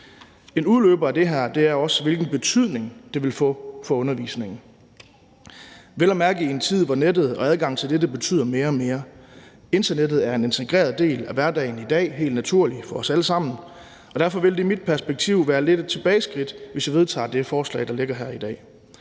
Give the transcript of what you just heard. En udløber af det her er også, hvilken betydning det vil få for undervisningen, vel at mærke i en tid, hvor nettet og adgangen til dette betyder mere og mere. Internettet er helt naturligt en integreret del af hverdagen for os alle sammen i dag, og derfor vil det i mit perspektiv være lidt et tilbageskridt, hvis vi vedtager det forslag, der ligger her i dag.